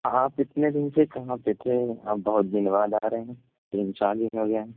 آپ اتنے دن سے کہاں پہ تھے اب بہت دن بعد آ رہے ہیں تین چار دن ہو گیا